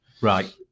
Right